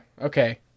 okay